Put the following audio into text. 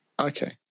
Okay